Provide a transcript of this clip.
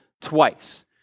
twice